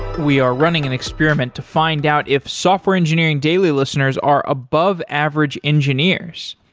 we are running an experiment to find out if software engineering daily listeners are above average engineers.